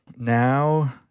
Now